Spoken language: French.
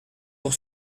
pour